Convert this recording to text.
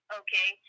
okay